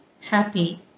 happy